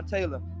Taylor